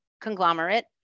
conglomerate